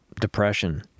depression